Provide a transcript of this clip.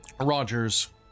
Rogers